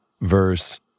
verse